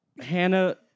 Hannah